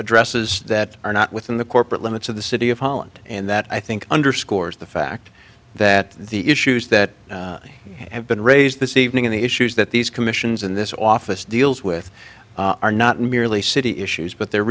addresses that are not within the corporate limits of the city of holland and that i think underscores the fact that the issues that have been raised this evening in the issues that these commissions in this office deals with are not merely city issues but the